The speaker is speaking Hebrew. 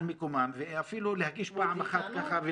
מקומן ואפילו להגיש פעם אחת כתבי אישום.